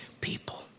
people